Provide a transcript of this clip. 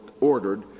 ordered